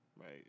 right